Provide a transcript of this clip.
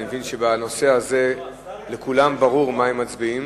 אני מבין שבנושא הזה לכולם ברור על מה הם מצביעים